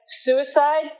suicide